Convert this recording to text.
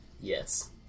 Yes